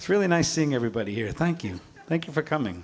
it's really nice seeing everybody here thank you thank you for coming